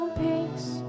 peace